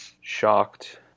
shocked